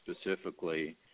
specifically